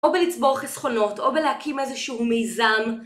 או בלצבור חסכונות, או בלהקים איזשהו מיזם.